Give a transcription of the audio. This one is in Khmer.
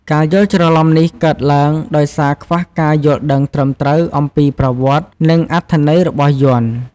ការយល់ច្រឡំនេះកើតឡើងដោយសារខ្វះការយល់ដឹងត្រឹមត្រូវអំពីប្រវត្តិ និងអត្ថន័យរបស់យ័ន្ត។